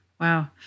Wow